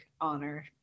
honor